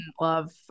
love